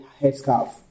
headscarf